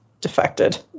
defected